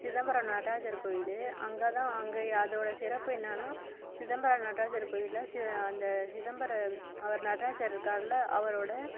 சிதம்பரம் நடராஜர் கோவிலு அங்கே தான் அங்கே அதோட சிறப்பு என்னன்னா சிதம்பரம் நடராஜர் கோயிலில் அந்த சிதம்பரம் அவர் நடராஜர் இருக்காருல அவரோட